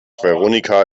veronika